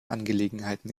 angelegenheiten